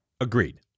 Agreed